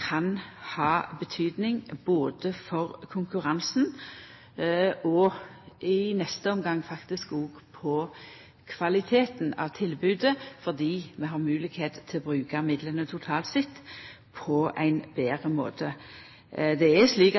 kan ha betydning både for konkurransen og, i neste omgang faktisk, óg for kvaliteten på tilbodet fordi vi totalt sett har moglegheit til å bruka midlane på ein betre måte. Det er slik